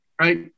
right